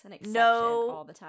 no